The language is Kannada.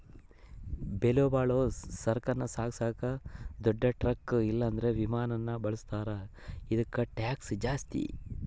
ಬೆಲೆಬಾಳೋ ಸರಕನ್ನ ಸಾಗಿಸಾಕ ದೊಡ್ ಟ್ರಕ್ ಇಲ್ಲಂದ್ರ ವಿಮಾನಾನ ಬಳುಸ್ತಾರ, ಇದುಕ್ಕ ಟ್ಯಾಕ್ಷ್ ಜಾಸ್ತಿ